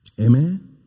Amen